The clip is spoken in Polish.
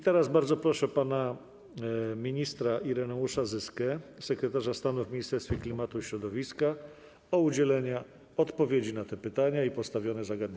Teraz bardzo proszę pana ministra Ireneusza Zyskę, sekretarza stanu w Ministerstwie Klimatu i Środowiska, o udzielenie odpowiedzi na te pytania i postawione zagadnienia.